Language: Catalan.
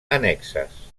annexes